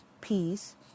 peace